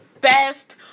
best